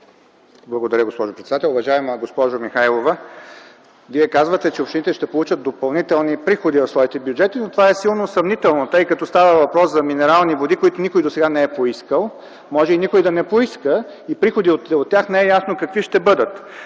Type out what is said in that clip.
Благодаря, госпожо председател. Уважаема госпожо Михайлова, Вие казвате, че общините ще получат допълнителни приходи в своите бюджети, но това е силно съмнително, тъй като става въпрос за минерални води, които никой досега не е поискал. Може и никой да не поиска, така че не е ясно какви ще бъдат